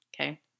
okay